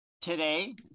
today